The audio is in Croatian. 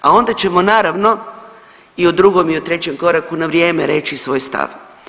A onda ćemo naravno i u drugom i u trećem koraku na vrijeme reći svoj stav.